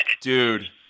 Dude